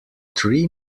three